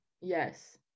yes